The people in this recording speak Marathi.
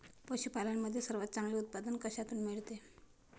पशूपालन मध्ये सर्वात चांगले उत्पादन कशातून मिळते?